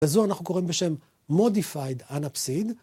לזו אנחנו קוראים בשם modified anapsin.